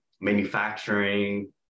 manufacturing